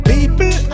People